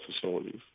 facilities